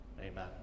Amen